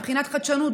מבחינת חדשנות,